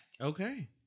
okay